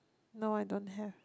no I don't have